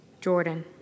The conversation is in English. Jordan